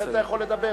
ולכן אתה יכול לדבר.